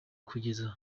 kugeza